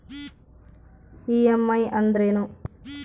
EMI ಅಂದ್ರೇನು?